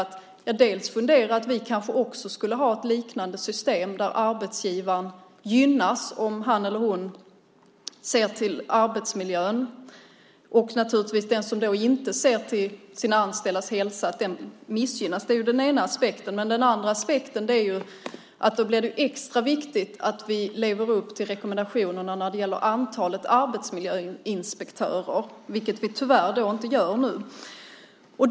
Vi borde fundera på om vi skulle ha ett liknande system, där arbetsgivaren gynnas om han eller hon ser till arbetsmiljön och där den som inte ser till sina anställdas hälsa missgynnas. Det är den ena aspekten. Den andra aspekten är att det då blir extra viktigt att vi lever upp till rekommendationerna när det gäller antalet arbetsmiljöinspektörer, vilket vi alltså tyvärr inte gör nu.